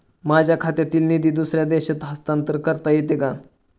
माझ्या खात्यातील निधी दुसऱ्या देशात हस्तांतर करता येते का?